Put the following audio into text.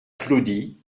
claudie